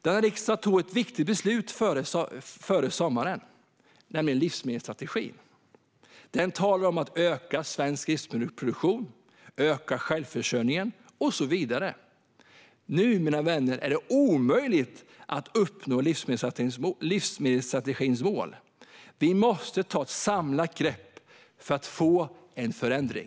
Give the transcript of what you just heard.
Denna riksdag tog ett viktigt beslut före sommaren, nämligen det om livsmedelsstrategin. Den talar om att öka svensk livsmedelsproduktion, öka självförsörjningen och så vidare. Som det är nu, mina vänner, är det omöjligt att uppnå livsmedelsstrategins mål. Vi måste ta ett samlat grepp för att få en förändring.